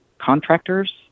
contractors